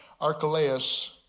Archelaus